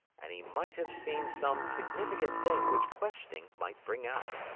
and he might have seen some significant thing which questioning might bring out.